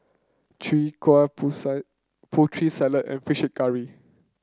Chai Kueh pusa Putri Salad and fish curry